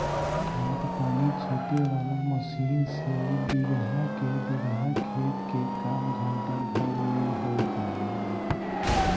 खाद पानी छीटे वाला मशीन से बीगहा के बीगहा खेत के काम घंटा भर में हो जाला